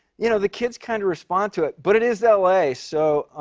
you know, the kids kind of respond to it. but it is l a, so,